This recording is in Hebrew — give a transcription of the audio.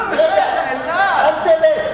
אל תלך.